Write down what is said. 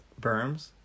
Berms